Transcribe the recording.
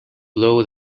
blow